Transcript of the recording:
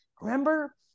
Remember